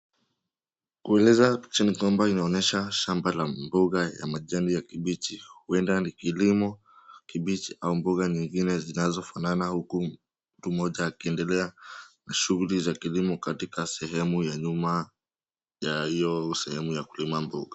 Kuueleza kunaonyesha shamba la kisasa cha majani ya kibichi uenda ni kilimo kibichi au boga zingine zinazofanana uku mtu mmoja akiendelea na shghuli za kilimo katika sehemu ya nyuma ya hio sehemu ya kulima boga.